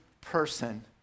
person